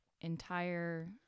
entire